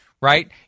right